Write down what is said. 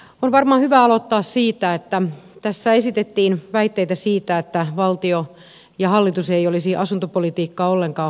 on varmaan hyvä aloittaa siitä että tässä esitettiin väitteitä siitä että valtio ja hallitus ei olisi asuntopolitiikkaa ollenkaan hoitanut